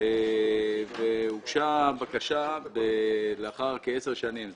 הוגשה בקשה לאחר כ-10 שנים.